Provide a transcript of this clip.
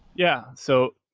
yeah. so,